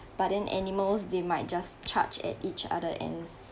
but then animals they might just charge at each other and